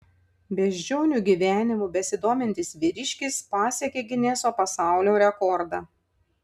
beždžionių gyvenimu besidomintis vyriškis pasiekė gineso pasaulio rekordą